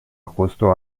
justo